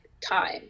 time